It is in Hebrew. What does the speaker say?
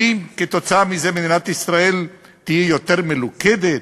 האם מדינת ישראל תהיה יותר מלוכדת?